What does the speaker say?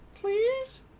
Please